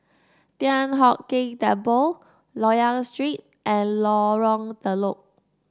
Thian Hock Keng Temple Loyang Street and Lorong Telok